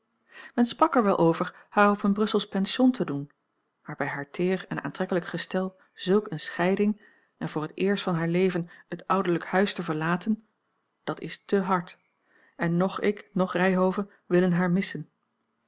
sprak er wel over haar op een brusselsch pension te doen maar bij haar teer en aantrekkelijk gestel zulk eene scheiding en voor het eerst van haar leven het ouderlijk huis te verlaten dat is te hard en noch ik noch ryhove willen haar missen